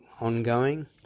ongoing